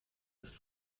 ist